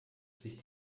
sich